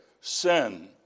sin